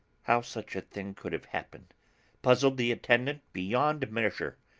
how such a thing could have happened puzzled the attendant beyond measure.